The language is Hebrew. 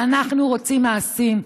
אנחנו רוצים מעשים.